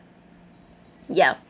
ya